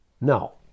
No